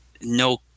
no